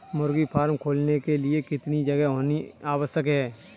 मुर्गी फार्म खोलने के लिए कितनी जगह होनी आवश्यक है?